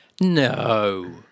No